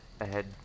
ahead